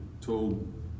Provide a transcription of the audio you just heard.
told